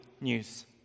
news